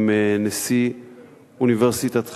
עם נשיא אוניברסיטת חיפה,